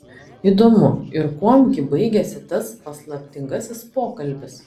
įdomu ir kuom gi baigėsi tas paslaptingasis pokalbis